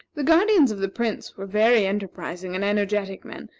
the guardians of the prince were very enterprising and energetic men,